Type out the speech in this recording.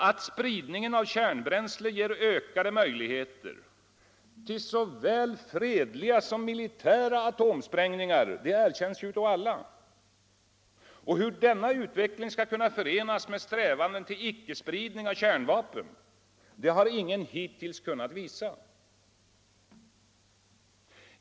Att spridningen av kärnbränsle ger ökade möjligheter till såväl fredliga som militära atomsprängningar erkänns av alla. Hur denna utveckling skall kunna förenas med strävanden till icke-spridning av kärnvapen har ingen hittills kunnat visa.